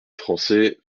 français